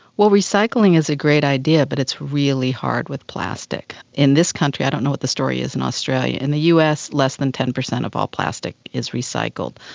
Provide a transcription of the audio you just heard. well, recycling is a great idea but it's really hard with plastic. in this country, i don't know what the story is in australia, in the us less than ten percent of all plastic is recycled.